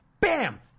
Bam